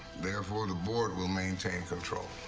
therefore, the board will maintain control.